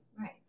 Right